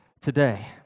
Today